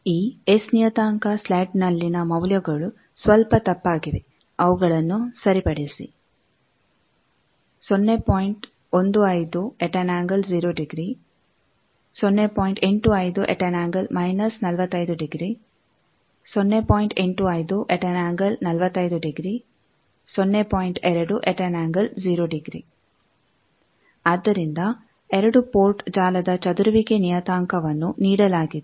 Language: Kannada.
ಈ ಎಸ್ ನಿಯತಾಂಕ ಸ್ಲಯಿಡ್ನಲ್ಲಿನ ಮೌಲ್ಯಗಳು ಸ್ವಲ್ಪ ತಪ್ಪಾಗಿವೆ ಅವುಗಳನ್ನು ಸರಿಪಡಿಸಿ ಆದ್ದರಿಂದ 2 ಪೋರ್ಟ್ ಜಾಲದ ಚದುರುವಿಕೆ ನಿಯತಾಂಕವನ್ನು ನೀಡಲಾಗಿದೆ